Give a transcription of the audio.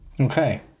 Okay